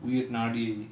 உயிர் நாடி:uyir naadi